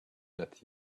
not